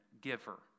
giver